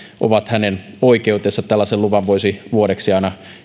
ovat hänen oikeutensa tällaisen luvan voisi saada aina vuodeksi